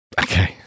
Okay